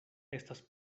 estas